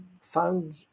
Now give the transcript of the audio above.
found